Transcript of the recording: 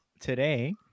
today